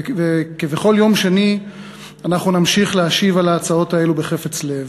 וכבכל יום שני אנחנו נמשיך להשיב על ההצעות האלה בחפץ לב.